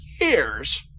years